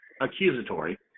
accusatory